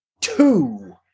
two